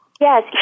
Yes